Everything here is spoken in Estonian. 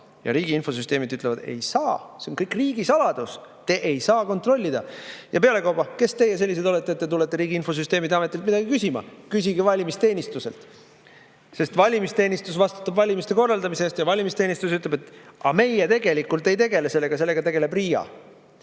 Riigi Infosüsteemi [Amet] ütleb, et ei saa, see on kõik riigisaladus, te ei saa kontrollida, ja pealekauba, kes te sellised olete, et tulete Riigi Infosüsteemi Ametilt midagi küsima, küsige valimisteenistuselt, sest valimisteenistus vastutab valimiste korraldamise eest. Valimisteenistus ütleb, et nemad tegelikult ei tegele sellega, sellega tegeleb RIA.